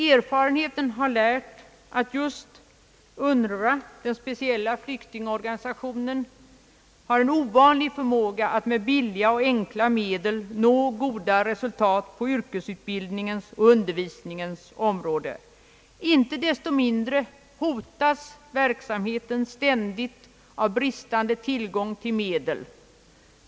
Erfarenheten har lärt att just UNRWA, den speciella flyktingorganisationen, har en ovanlig förmåga att med billiga och enkla medel nå goda resultat på yrkesutbildningens och undervisningens område. Icke desto mindre hotas verksamheten ständigt av brist på me del.